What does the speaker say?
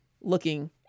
looking